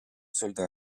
soldats